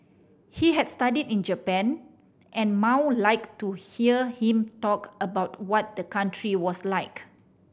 he had studied in Japan and Mao liked to hear him talk about what the country was like